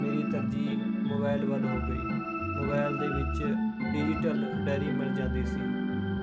ਮੇਰੀ ਤਰਜੀਹ ਮੋਬਾਈਲ ਵੱਲ ਹੋ ਗਈ ਮੋਬਾਈਲ ਦੇ ਵਿੱਚ ਡਿਜ਼ੀਟਲ ਡਾਇਰੀ ਮਿਲ ਜਾਂਦੀ ਸੀ